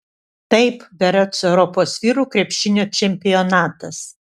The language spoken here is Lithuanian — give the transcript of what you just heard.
taip berods europos vyrų krepšinio čempionatas